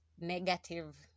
negative